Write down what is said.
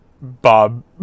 Bob